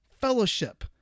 fellowship